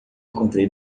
encontrei